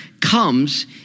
comes